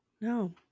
No